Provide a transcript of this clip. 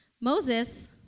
Moses